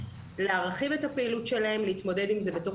להרחיב את הפעילות שלהם להתמודד עם זה בתוך